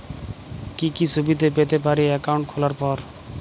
কি কি সুবিধে পেতে পারি একাউন্ট খোলার পর?